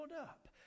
up